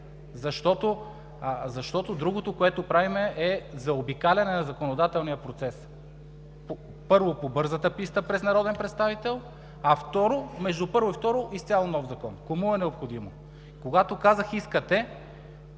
Другото, което правим, е заобикаляне на законодателния процес. Първо, по бързата писта през народен представител, а, второ, между първо и второ – изцяло нов Закон. Кому е необходимо? Когато казах искахте